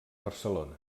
barcelona